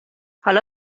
حالا